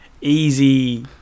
easy